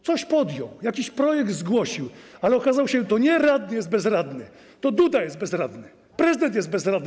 Coś podjął, jakiś projekt zgłosił, ale okazało się, że to nie radny jest bezradny, tylko Duda jest bezradny, prezydent jest bezradny.